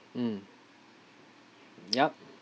mm yup